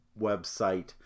website